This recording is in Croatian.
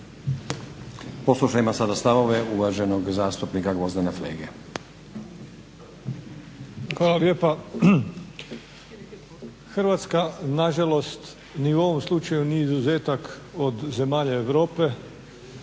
Poslušajmo sada stavove uvaženog zastupnika Gvozdena Flege. **Flego, Gvozden Srećko (SDP)** Hvala lijepa. Hrvatska nažalost ni u ovom slučaju nije izuzetak od zemalja Europe.